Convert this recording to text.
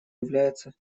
является